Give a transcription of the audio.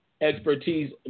expertise